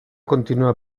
continúa